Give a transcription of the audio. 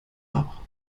auch